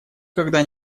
когда